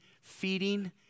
feeding